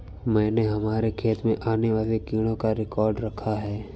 मैंने हमारे खेत में आने वाले कीटों का रिकॉर्ड रखा है